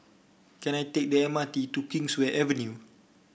can I take the M R T to Kingswear Avenue